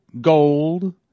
gold